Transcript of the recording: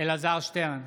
אלעזר שטרן,